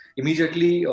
immediately